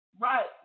Right